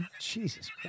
Jesus